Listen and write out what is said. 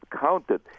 counted